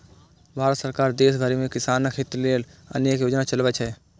भारत सरकार देश भरि मे किसानक हित लेल अनेक योजना चलबै छै